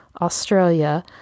Australia